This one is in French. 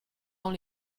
dans